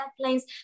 airplanes